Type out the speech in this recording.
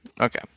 Okay